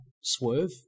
swerve